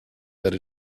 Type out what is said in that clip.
that